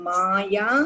Maya